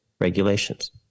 regulations